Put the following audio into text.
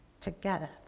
together